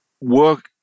work